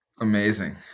amazing